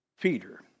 Peter